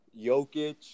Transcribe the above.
Jokic